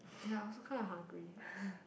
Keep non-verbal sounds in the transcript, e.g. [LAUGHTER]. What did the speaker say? ya I also quite hungry [NOISE]